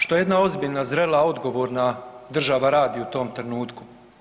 Što jedna ozbiljna, zrela, odgovorna država radi u tom trenutku?